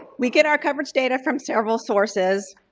we get our coverage data from several sources.